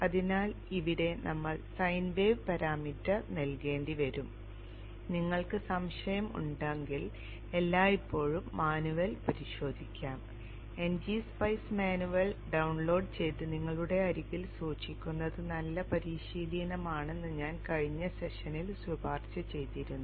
അതിനാൽ ഇവിടെ നമ്മൾ സൈൻ വേവ് പാരാമീറ്റർ നൽകേണ്ടിവരും നിങ്ങൾക്ക് സംശയം ഉണ്ടെങ്കിൽ എല്ലായ്പ്പോഴും മാനുവൽ പരിശോധിക്കാം ng സ്പൈസ് മാനുവൽ ഡൌൺലോഡ് ചെയ്ത് നിങ്ങളുടെ അരികിൽ സൂക്ഷിക്കുന്നത് നല്ല പരിശീലനമാണെന്ന് ഞാൻ കഴിഞ്ഞ സെഷനിൽ ശുപാർശ ചെയ്തിരുന്നു